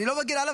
אני לא מגן עליו,